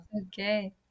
okay